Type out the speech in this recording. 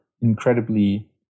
incredibly